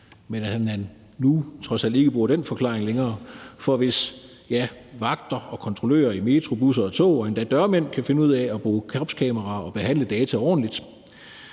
at han nu trods alt ikke bruger den forklaring længere. For hvis vagter og kontrollører i metro, busser og tog og endda dørmænd kan finde ud af at bruge kropskameraer og behandle data ordentligt,